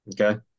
okay